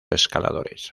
escaladores